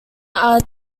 are